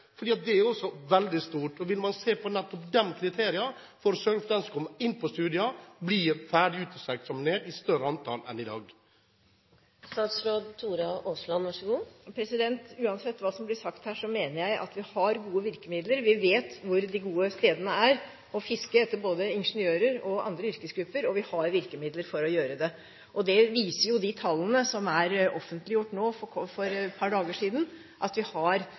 det er veldig stort: Vil man se på nettopp de kriteriene, slik at av de søkerne som kommer inn på studiet, blir et større antall enn i dag ferdig uteksaminert? Uansett hva som blir sagt her, mener jeg at vi har gode virkemidler. Vi vet hvor de gode stedene for å fiske etter både ingeniører og andre yrkesgrupper er, og vi har virkemidler til å gjøre det. De tallene som ble offentliggjort for et par dager siden, viser at vi har